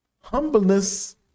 Humbleness